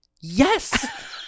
Yes